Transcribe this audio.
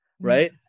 right